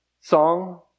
song